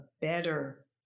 better